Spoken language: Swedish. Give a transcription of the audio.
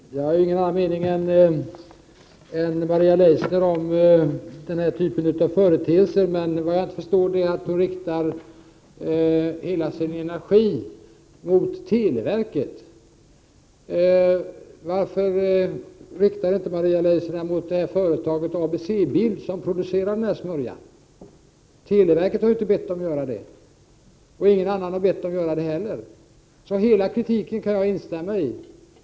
Herr talman! Jag har ingen annan mening än Maria Leissner om den här typen av företeelser. Men vad jag inte förstår är att hon riktar hela sin energi mot televerket. Varför riktar sig inte Maria Leissner mot företaget ABC bild, som producerar den här smörjan? Televerket har inte bett företaget göra det. Inte heller någon annan har gjort det. Jag kan alltså instämma i Maria Leissners kritik.